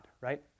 right